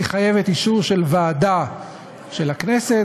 היא חייבת אישור של ועדה של הכנסת.